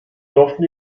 dürften